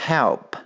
Help